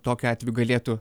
tokiu atveju galėtų